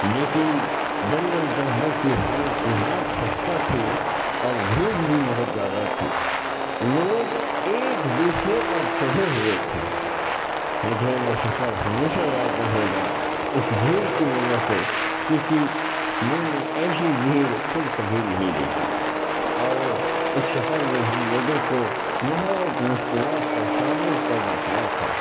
لیکن جنرل ڈبوں کی حالت نہایت خستہ تھی اور بھیڑ بھی بہت زیادہ تھی لوگ ایک دوسرے پر چڑھے ہوئے تھے مجھے وہ سفر ہمیشہ یاد رہے گا اس بھیڑ کی وجہ سے کیونکہ میں نے ایسی بھیڑ پھر کبھی نہیں دیکھی اور اس سفر میں ہم لوگوں کو بہت مشکلات کا سامنا کرنا پڑا تھا